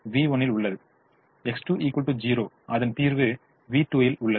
X2 0 அதன் தீர்வு v2 உள்ளது